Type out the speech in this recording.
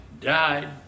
died